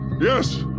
yes